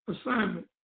assignment